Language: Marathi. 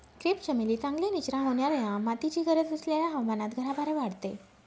क्रेप चमेली चांगल्या निचरा होणाऱ्या मातीची गरज असलेल्या हवामानात घराबाहेर वाढते